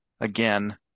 again